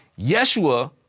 Yeshua